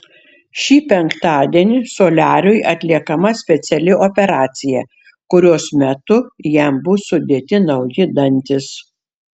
šį penktadienį soliariui atliekama speciali operacija kurios metu jam bus sudėti nauji dantys